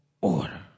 order